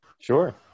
Sure